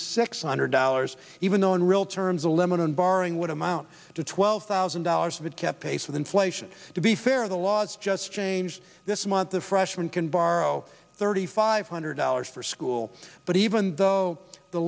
six hundred dollars even though in real terms a limit on borrowing would amount to twelve thousand dollars of it kept pace with inflation to be fair the laws just changed this month the freshman can borrow thirty five hundred dollars for school but even though the